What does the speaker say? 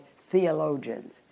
theologians